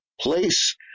place